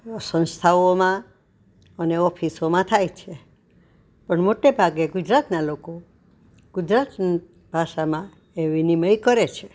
સંસ્થાઓમાં અને ઓફિસોમાં થાય છે પણ મોટે ભાગે ગુજરાતનાં લોકો ગુજરાત ભાષામાં એ વિનિમય કરે છે